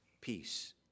Peace